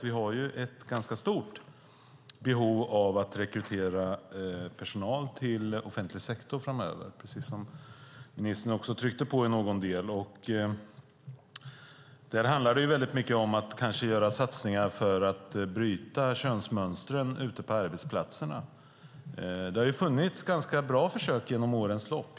Vi har ett stort behov av att rekrytera personal till offentlig sektor framöver, precis som ministern också tryckte på. Det handlar mycket om att göra satsningar för att bryta könsmönstren ute på arbetsplatserna. Det har gjorts ganska bra försök under årens lopp.